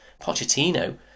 Pochettino